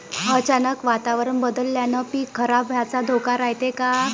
अचानक वातावरण बदलल्यानं पीक खराब व्हाचा धोका रायते का?